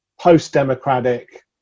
post-democratic